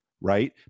right